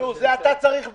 זה אתה צריך בעד,